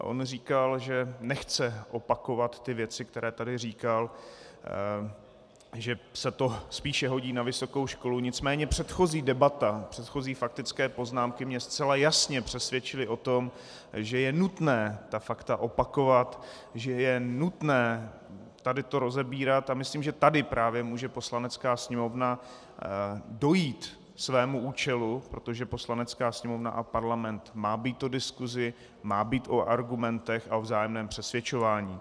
On říkal, že nechce opakovat ty věci, které tady říkal, že se to spíše hodí na vysokou školu, nicméně předchozí debata, předchozí faktické poznámky mě zcela jasně přesvědčily o tom, že je nutné ta fakta opakovat, že je nutné tady to rozebírat, a myslím, že tady právě může Poslanecká sněmovna dojít svého účelu, protože Poslanecká sněmovna a Parlament má být o diskusi, má být o argumentech a o vzájemném přesvědčování.